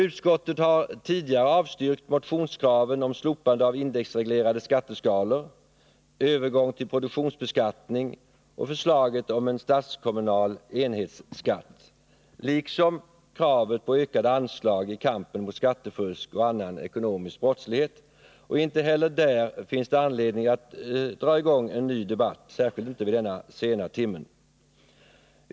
Utskottet har tidigare avstyrkt motionskraven på slopande av indexreglerade skatteskalor, övergång till produktionsbeskattning och statskommunal enhetsskatt, liksom också kravet på ökade anslag i kampen mot skattefusk och annan ekonomisk brottslighet. Inte heller här finns det anledning att dra i gång en ny debatt, särskilt inte i denna sena timme.